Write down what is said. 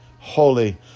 Holy